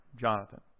Jonathan